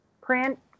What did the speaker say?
print